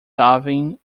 darwin